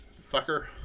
Fucker